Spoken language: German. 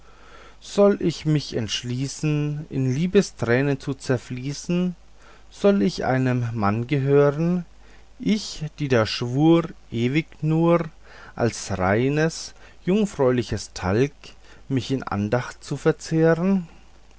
soll ich mich entschließen in liebestränen zu zerfließen soll ich einem mann gehören ich die da schwur ewig nur als reines jungfräuliches talg mich in andacht zu verzehren